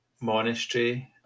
monastery